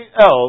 else